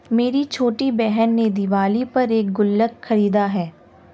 मेरी छोटी बहन ने दिवाली पर एक गुल्लक खरीदा है